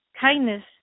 kindness